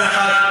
במה הממשלה,